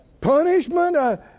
punishment